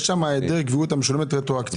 יש שם היעדר עקביות המשולמת רטרואקטיבית.